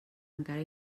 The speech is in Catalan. encara